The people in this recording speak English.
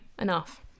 enough